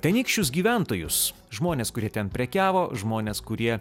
tenykščius gyventojus žmones kurie ten prekiavo žmonės kurie